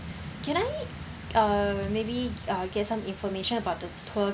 can I uh maybe I'll get some information about the tour